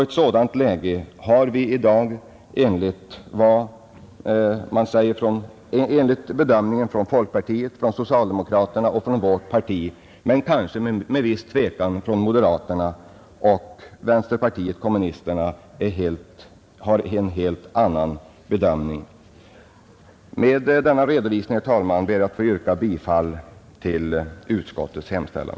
En sådan situation har vi i dag enligt bedömningen från folkpartiet, socialdemokraterna, vårt parti och — kanske med viss tvekan — moderaterna, medan vänsterpartiet kommunisterna har en helt annan bedömning. Med denna redovisning, herr talman, ber jag att få yrka bifall till utskottets hemställan.